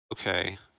Okay